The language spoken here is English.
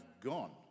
gone